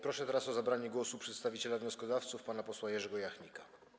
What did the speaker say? Proszę teraz o zabranie głosu przedstawiciela wnioskodawców pana posła Jerzego Jachnika.